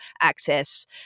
access